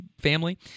family